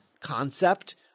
concept